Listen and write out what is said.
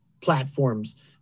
platforms